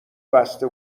بسته